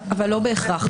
אבל לא בהכרח,